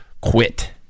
quit